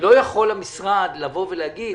לא יכול המשרד לבוא ולהגיד,